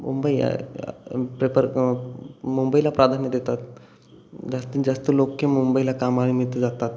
Mumbai prefer मुंबईला प्राधान्य देतात जास्तीत जास्त लोक मुंबईला कामानिमित्त जातात